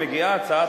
כשמגיעה הצעת חוק,